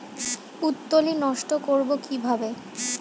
পুত্তলি নষ্ট করব কিভাবে?